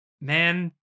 Man